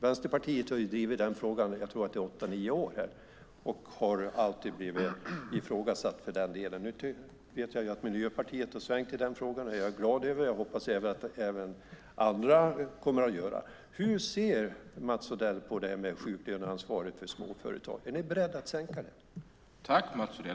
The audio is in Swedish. Vänsterpartiet har drivit den frågan i åtta nio år, tror jag att det är, och har alltid blivit ifrågasatt för den delen. Nu vet jag att Miljöpartiet har svängt i den frågan. Det är jag glad över. Jag hoppas att även andra kommer att göra det. Hur ser Mats Odell på sjuklöneansvaret för småföretag? Är ni beredda att sänka det?